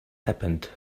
happened